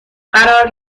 قرار